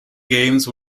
games